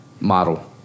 Model